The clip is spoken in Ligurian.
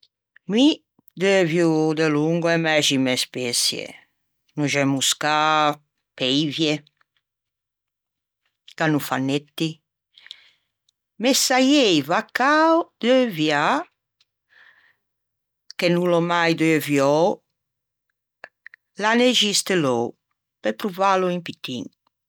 Mi deuvio delongo e mæxime speòie, nôxe moscâ, peive, ganofanetti. Me saieiva cao deuviâ che no l'ò mai deuviou l'anixe stellou pe provâlo un pittin